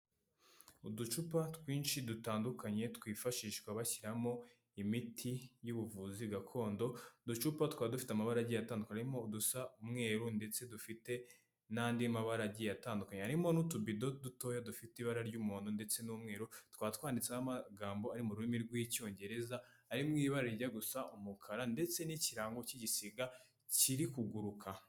Uducupa twinshi dutandukanye twifashishwa bashyiramo imiti y'ubuvuzi gakondo, uducupa tukaba dufite amabara agiye atandukanye, harimo udusa umweru ndetse dufite n'andi mabara agiye atandukanye, harimo n'utubido dutoya dufite ibara ry'umuhondo ndetse n'umweru, tukaba twanditseho amagambo ari mu rurimi rw'icyongereza ari mu ibara rijya gusa umukara ndetse n'ikirango cy'igisiga kiri kuguruka.